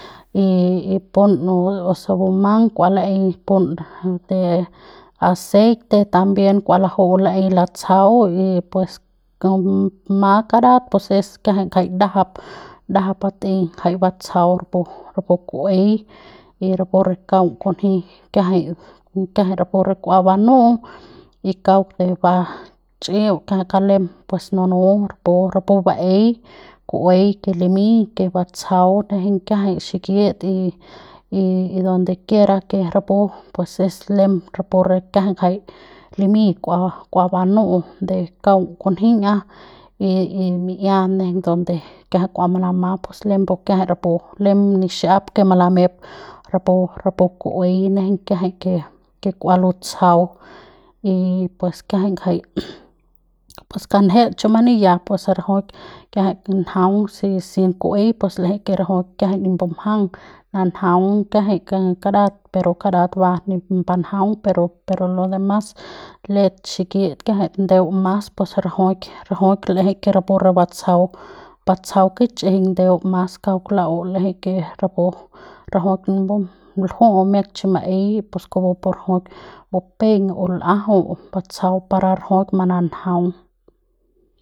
Y y pun de o se bumang kua laei pun pun de aceite también kua laju'u laei latsjau y pues kauk ma karat pus es kiajai ngjai ndajap ndajap batei jai batsjau rapu rapu ku'uei y rapu re kaung kunji kiajai kiajai rapu re kua banu'u y kauk eba chiuk y kauk lem pues nunu rapu rapu baei ku'uei ke limiñ ke batsjau nejeiñ kiajai xikit y y donde quiera ke rapu pues es lem rapu re kiajai jai limiñ kua kua banu'u de kaung kunji a y y mi'ia nejeiñ donde kiajai kua manamat pus lembu kiajai rapu lem nixap ke malamep rapu rapu ku'uei nejeiñ kiajai ke kua lutsjau y pues kiajai ngjai pues kanje chumani ya pues rajuik njaung si sin ku'uei kiajai rajuik l'eje ni mbumjang nanjaung kiajai karat pero karat ba ni mbanjaung pero pero lo demás let xikit kiajai ndeu mas pues rajuik l'eje ke rapu batsjau batsjau kichjiñ ndeu mas kauk la'u l'eje ke rapu rajuik lju'u miak chi maei pus kupu rajuik bupeiñ o l'ajau batsjau par rajuik mananjaung.